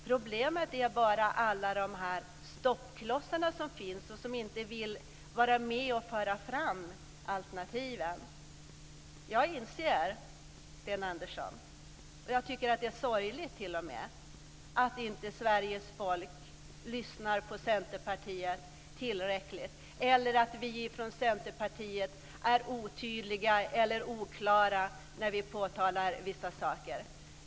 Problemet är bara alla de stoppklossar som finns och som inte vill vara med och föra fram alternativen. Jag inser, Sten Andersson, och jag tycker t.o.m. att det är sorgligt, att Sveriges folk inte lyssnar på Centerpartiet tillräckligt eller att vi från Centerpartiet är otydliga eller oklara när vi påtalar vissa saker.